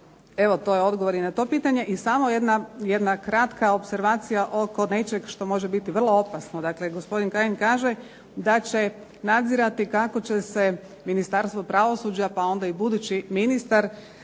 Evo, to je odgovor i na to pitanje. I samo jedna kratka opservacija oko nečeg što može biti vrlo opasno. Dakle, gospodin Kajin kaže da će nadzirati kako će se Ministarstvo pravosuđa pa onda i budući ministar